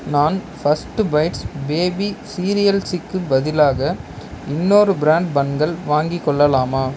நான் first bites baby சீரியல்ஸுக்கு பதிலாக இன்னொரு பிராண்ட் பன்கள் வாங்கிக் கொள்ளலாமா